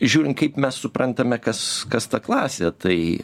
žiūrint kaip mes suprantame kas kas ta klasė tai